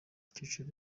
icyicaro